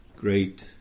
great